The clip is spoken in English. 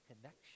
connection